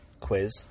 quiz